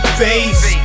face